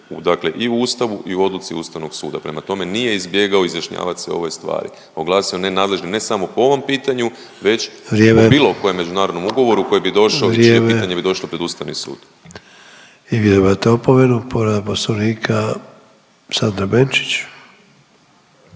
dakle i u Ustavu i u odluci Ustavnog suda. Prema tome, nije izbjegao izjašnjavat se u ovoj stvari, oglasio nenadležnim ne samo po ovom pitanju već u bilo kojem međunarodnom ugovoru … …/Upadica Sanader: Vrijeme./… … čije pitanje bi došlo pred Ustavni sud. **Sanader, Ante (HDZ)** I vi dobivate opomenu. Povreda Poslovnika Sandra Benčić.